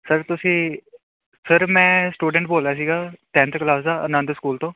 sir ਤੁਸੀਂ sir ਮੈਂ student ਬੋਲ ਰਿਹਾ ਸੀਗਾ ਟੈਂਨਥ ਕਲਾਸ ਦਾ ਆਨੰਦ ਸਕੂਲ ਤੋਂ